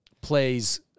plays